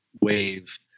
Wave